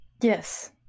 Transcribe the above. Yes